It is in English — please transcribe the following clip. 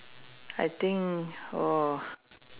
I think oh